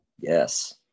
Yes